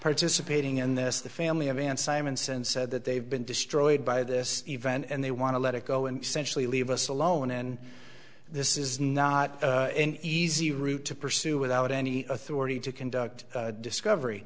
participating in this the family of an simons and said that they've been destroyed by this event and they want to let it go and sensually leave us alone and this is not an easy route to pursue without any authority to conduct discovery